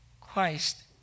Christ